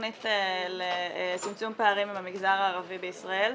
התכנית לצמצום פערים עם המגזר הערבי בישראל.